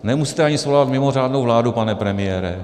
Nemusíte ani svolávat mimořádnou vládu, pane premiére.